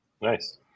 Nice